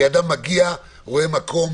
אדם מגיע ורואה מקום